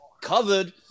Covered